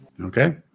Okay